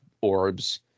orbs